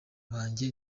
banjye